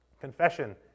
Confession